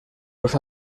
los